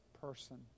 person